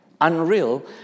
unreal